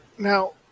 Now